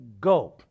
go